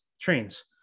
trains